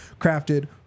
crafted